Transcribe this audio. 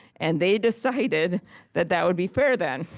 and they decided that that would be fair then,